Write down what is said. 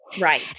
right